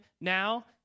now